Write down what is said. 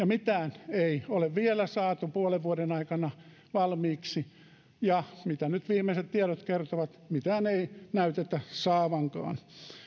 mitään ei ole vielä saatu puolen vuoden aikana valmiiksi ja mitä nyt viimeiset tiedot kertovat mitään ei näytetä saavankaan